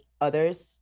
others